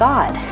God